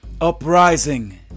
Uprising